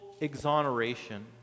exoneration